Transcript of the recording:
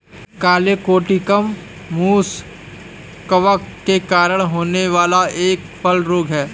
colletotrichum मुसा कवक के कारण होने वाला एक फल रोग है